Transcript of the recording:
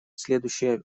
следующий